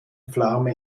pflaume